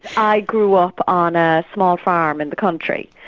i grew up on a small farm in the country,